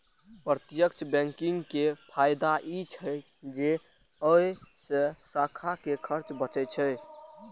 प्रत्यक्ष बैंकिंग के फायदा ई छै जे अय से शाखा के खर्च बचै छै